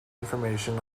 information